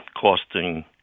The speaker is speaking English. costing